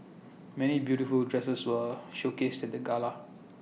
many beautiful dresses were showcased at the gala